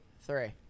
three